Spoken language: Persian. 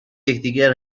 یکدیگر